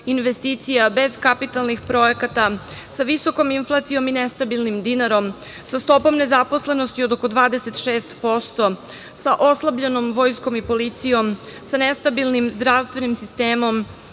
investicija, bez kapitalnih projekata, sa visokom inflacijom i nestabilnim dinarom, sa stopom nezaposlenosti od oko 26%, sa oslabljenom vojskom i policijom, sa nestabilnim zdravstvenim sistemom,